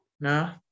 No